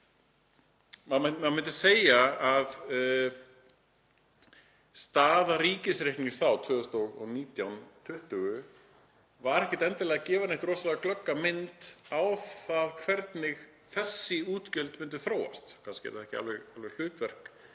Maður myndi segja að staða ríkisreiknings þá, 2019, 2020, hafi ekkert endilega gefið neitt rosalega glögga mynd af því hvernig þessi útgjöld myndu þróast. Kannski er það ekki alveg hlutverk